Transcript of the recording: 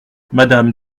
madame